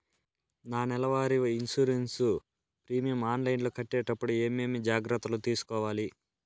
నా నెల వారి ఇన్సూరెన్సు ప్రీమియం ఆన్లైన్లో కట్టేటప్పుడు ఏమేమి జాగ్రత్త లు తీసుకోవాలి?